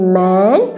man